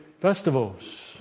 festivals